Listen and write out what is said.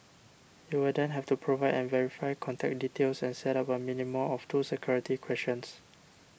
you will then have to provide and verify contact details and set up a minimum of two security questions